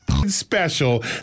special